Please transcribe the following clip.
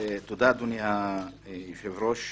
תודה אדוני היושב ראש.